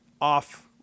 off